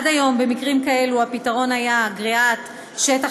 עד היום במקרים כאלה הפתרון היה גריעת שטח